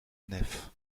nef